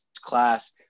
class